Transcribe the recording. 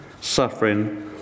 suffering